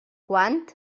quant